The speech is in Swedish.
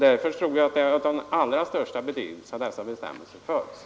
Därför tror jag att det är av allra största betydelse att dessa bestämmelser följs.